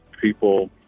people